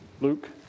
Luke